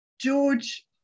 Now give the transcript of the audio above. George